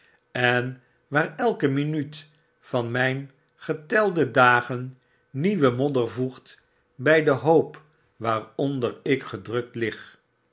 en waar elke minuut van mijn getelde dagen nieuwe modder voegt bij den hoop waaronder ik gedrukt lig